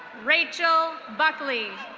rachel buckley.